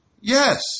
yes